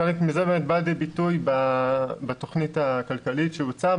חלק מזה באמת בא לידי ביטוי בתוכנית הכלכלית שהוצעה